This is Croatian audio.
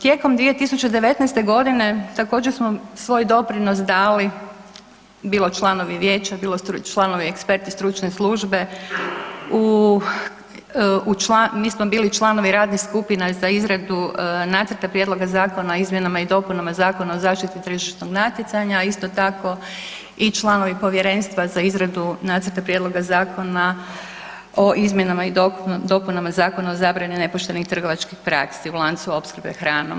Tijekom 2019. g. također svoj doprinos dali bilo članovi vijeća, bilo članovi ekspertne stručne službe, mi smo bili članovi radnih skupina za izradu nacrta prijedloga zakona o izmjenama i dopunama Zakona o zaštiti tržišnog natjecanja a isto tako i članovi povjerenstva za izradu nacrta prijedloga zakona o izmjenama i dopunama Zakona o zabrani nepoštenih trgovačkih praksi u lancu opskrbe hranom.